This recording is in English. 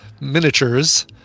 miniatures